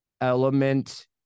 element